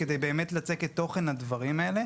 כדי לצקת תוכן לדברים הזה,